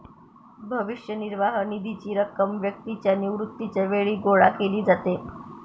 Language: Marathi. भविष्य निर्वाह निधीची रक्कम व्यक्तीच्या निवृत्तीच्या वेळी गोळा केली जाते